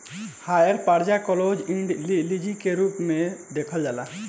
hire purchase के close end leasing के रूप में देखावल जाला